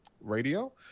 radio